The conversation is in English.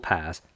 Pass